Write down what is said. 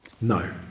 no